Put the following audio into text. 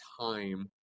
time